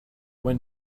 when